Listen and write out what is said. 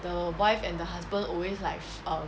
the wife and the husband always like um